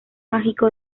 mágico